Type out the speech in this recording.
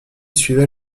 suivait